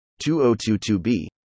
2022b